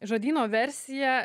žodyno versija